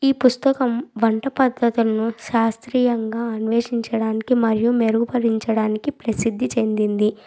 ఈ పుస్తకం వంట పద్దతులను శాస్త్రీయంగా అన్వేషించడానికి మరియు మెరుగుపరచడానికి ప్రసిద్ధి చెందింది